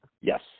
Yes